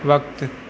वक़्तु